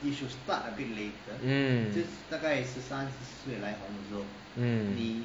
mm mm